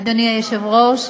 אדוני היושב-ראש,